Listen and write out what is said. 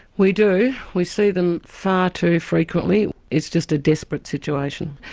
we do, we see them far too frequently. it's just a desperate situation.